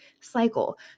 cycle